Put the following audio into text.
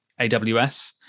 AWS